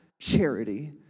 charity